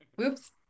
Oops